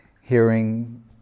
hearing